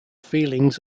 feelings